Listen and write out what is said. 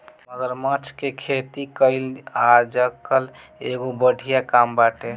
मगरमच्छ के खेती कईल आजकल एगो बढ़िया काम बाटे